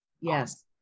Yes